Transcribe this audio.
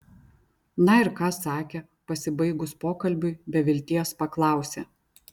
na ir ką sakė pasibaigus pokalbiui be vilties paklausė